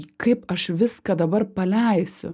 kaip aš viską dabar paleisiu